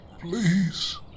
please